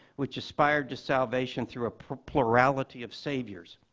which aspired to salvation through a plurality of saviors.